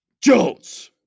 Jones